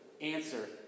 Answer